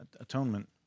atonement